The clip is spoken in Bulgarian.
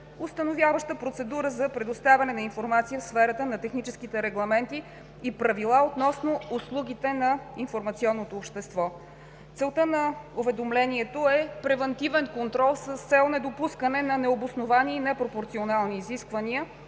установяваща процедура за предоставяне на информация в сферата на техническите регламенти и правила относно услугите на информационното общество. Целта на уведомлението е превантивен контрол, с цел недопускане на необосновани и непропорционални изисквания